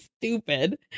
stupid